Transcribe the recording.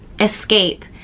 escape